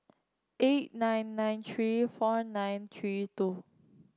eight nine nine three four nine three two